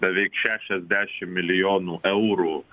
beveik šešiasdešim milijonų eurų